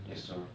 yes sir